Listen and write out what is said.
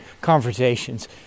conversations